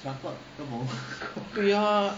对 ah